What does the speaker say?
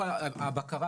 הבקרה,